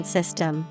System